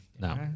No